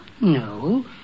No